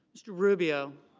mr. rubio.